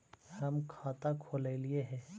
हम खाता खोलैलिये हे?